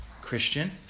Christian